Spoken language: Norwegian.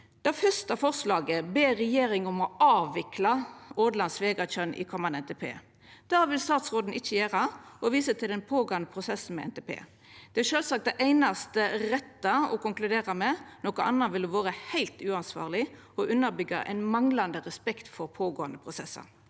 det første framlegget ber ein regjeringa om å avvikla Ådland–Svegatjørn i komande NTP. Det vil statsråden ikkje gjera og viser til ein pågåande prosess med NTP. Dette er sjølvsagt det einaste rette å konkludera med. Noko anna ville vore heilt uansvarleg og underbyggja ein manglande respekt for pågåande prosessar.